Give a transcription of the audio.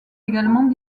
également